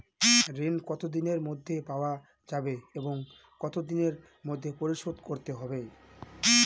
ঋণ কতদিনের মধ্যে পাওয়া যাবে এবং কত দিনের মধ্যে পরিশোধ করতে হবে?